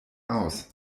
aus